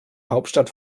hauptstadt